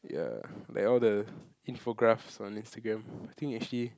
ya like all the info graphs on Instagram I think actually